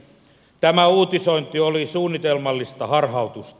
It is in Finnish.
tämä uutisointi oli suunnitelmallista harhautusta